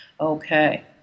Okay